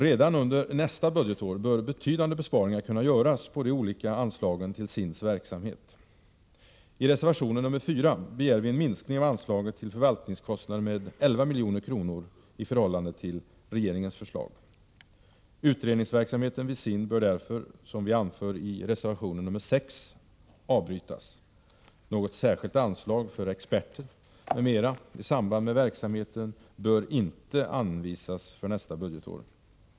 Redan under nästa budgetår bör betydande besparingar kunna göras på de olika anslagen till SIND:s verksamhet. I reservation nr 4 begär vi en minskning av anslaget till förvaltningskostnader med 11 milj.kr. i förhållande till regeringens förslag. Utredningsverksamheten vid SIND bör därför, som vi anför i reservation nr 6, avbrytas. Något särskilt anslag för experter m.m. i samband med verksamheten bör inte anvisas för nästa budgetår.